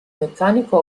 meccanico